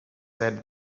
said